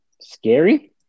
Scary